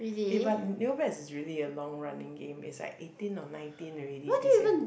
eh but Neopets is really a long running game it's like eighteen or nineteen already this year